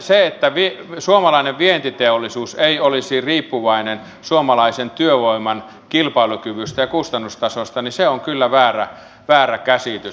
se että suomalainen vientiteollisuus ei olisi riippuvainen suomalaisen työvoiman kilpailukyvystä ja kustannustasosta on kyllä väärä käsitys